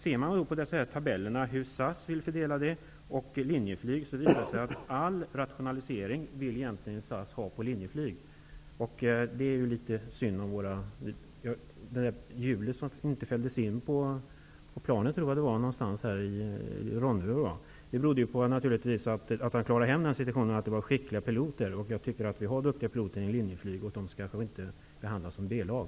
Ser man på tabellerna över hur SAS vill fördela det och hur Linjeflyg vill fördela det, visar det sig att SAS egentligen vill ta all rationalisering på Linjeflyg. Det är litet synd om våra piloter. Det var visst ett hjul som inte fälldes in på ett plan vid Ronne, tror jag det var. Att man klarade den situationen berodde naturligtvis på att det var skickliga piloter. Jag tycker att vi har duktiga piloter i Linjeflyg, och de skall inte behandlas som ett B-lag.